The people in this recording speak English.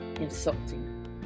insulting